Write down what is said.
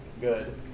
good